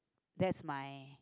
that's my